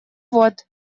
вот